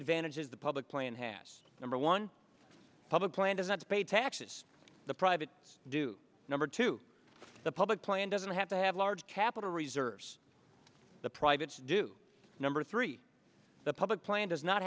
advantages the public plan has number one public plan does not pay taxes the private do number two the public plan doesn't have to have large capital reserves the private's do number three the public plan does not